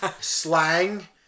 Slang